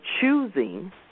choosing